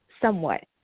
Somewhat